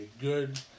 good